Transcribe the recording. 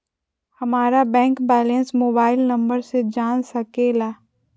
हमारा bank balance mobile number से जान सके ला?